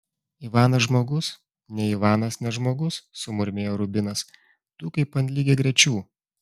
ivanas žmogus ne ivanas ne žmogus sumurmėjo rubinas tu kaip ant lygiagrečių